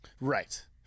Right